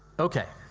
okay,